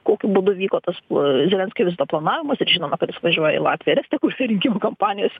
kokiu būdu vyko tas zelenskio vizito planavimas ir žinoma kad išvažiuoja į latviją ir estiją kur rinkimų kampanijos